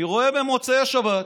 אני רואה במוצאי שבת,